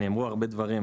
דבר ראשון,